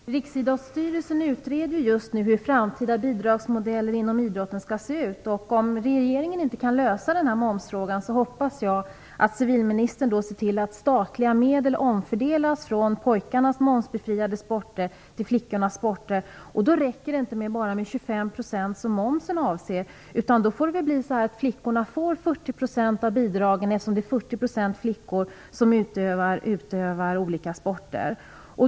Herr talman! Riksidrottsstyrelsen utreder just nu hur framtida bidragsmodeller inom idrotten skall se ut. Om regeringen inte kan lösa den här momsfrågan hoppas jag att civilministern ser till att statliga medel omfördelas från pojkarnas momsbefriade sporter till flickornas sporter. Då räcker det inte med bara 25 %, som momsen avser. Då får det bli så att flickorna får 40 % av bidragen, eftersom det är 40 % flickor som utövar olika sporter.